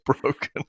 broken